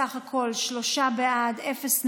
בסך הכול שלושה בעד, אפס נגד.